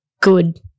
good